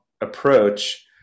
approach